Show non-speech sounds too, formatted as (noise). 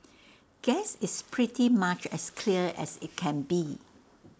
(noise) guess it's pretty much as clear as IT can be